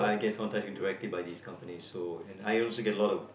I get contacted directly by these companies so I also get a lot of